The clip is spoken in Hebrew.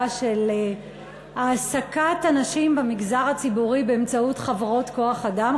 של העסקת אנשים במגזר הציבורי באמצעות חברות כוח-אדם,